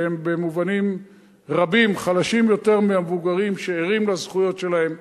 שהם במובנים רבים חלשים יותר מהמבוגרים שערים לזכויות שלהם,